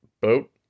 Boat